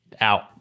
out